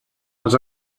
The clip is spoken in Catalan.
els